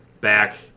back